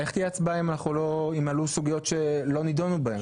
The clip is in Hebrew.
איך תהיה הצבעה אם עלו סוגיות שלא נידונו בהם?